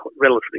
relatively